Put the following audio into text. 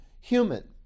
human